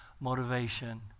motivation